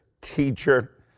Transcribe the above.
teacher